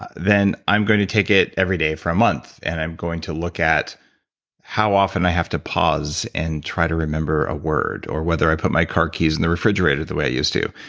then i'm going to take it every day for a month and i'm going to look at how often i have to pause and try to remember a word, or whether i put my car keys in the refrigerator the way i used to,